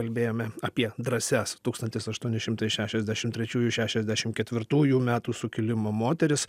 kalbėjome apie drąsias tūkstantis aštuoni šimtai šešiasdešim trečiųjų šešiasdešim ketvirtųjų metų sukilimo moteris